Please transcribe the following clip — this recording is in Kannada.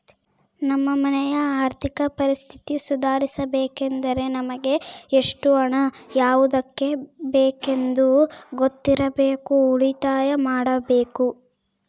ನಮ್ಮ ಮನೆಯ ಆರ್ಥಿಕ ಪರಿಸ್ಥಿತಿ ಸುಧಾರಿಸಬೇಕೆಂದರೆ ನಮಗೆ ಎಷ್ಟು ಹಣ ಯಾವುದಕ್ಕೆ ಬೇಕೆಂದು ಗೊತ್ತಿರಬೇಕು, ಉಳಿತಾಯ ಮಾಡಬೇಕು